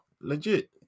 Legit